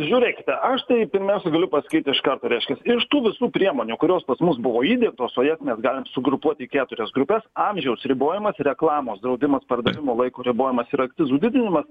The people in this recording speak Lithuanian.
žiūrėkite aš tai pirmiausia galiu pasakyt iš karto reiškias iš tų visų priemonių kurios pas mus buvo įdiegtos o jas mes galim sugrupuot į keturias grupes amžiaus ribojimas reklamos draudimas pardavimo laiko ribojimas ir akcizų didinimas